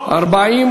מסדר-היום